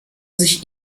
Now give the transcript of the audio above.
sich